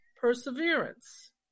perseverance